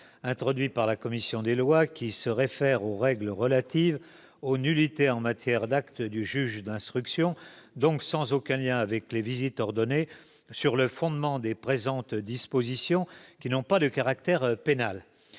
introduit par la commission des lois : se rapportant aux règles relatives aux nullités en matière d'actes du juge d'instruction, il est sans aucun lien avec les visites ordonnées sur le fondement des dispositions de cet article, qui n'ont pas de caractère pénal.